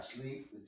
sleep